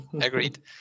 Agreed